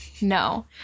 No